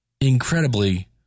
incredibly